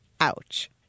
Ouch